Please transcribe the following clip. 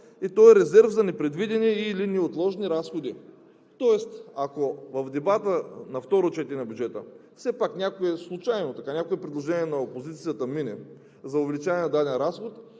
То е резерв за непредвидени и/или неотложни разходи. Тоест, ако в дебата на второ четене на бюджета, все пак някое случайно предложение на опозицията мине за увеличаване на даден разход,